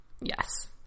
Yes